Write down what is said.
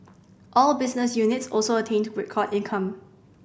all business units also attained record income